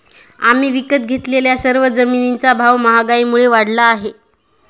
आम्ही विकत घेतलेल्या सर्व जमिनींचा भाव महागाईमुळे वाढला आहे